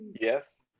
Yes